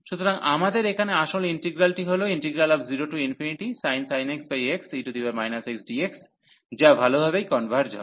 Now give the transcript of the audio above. সুতরাং আমাদের এখানে আসল ইন্টিগ্রালটি হল 0sin x xe x dx যা ভালভাবেই কনভার্জ হয়